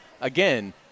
again –